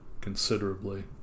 considerably